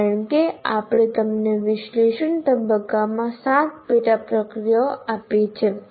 કારણ કે આપણે તમને વિશ્લેષણ તબક્કામાં 7 પેટા પ્રક્રિયાઓ આપી છે